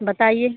बताइए